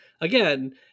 Again